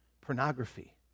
pornography